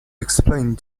explained